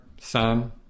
son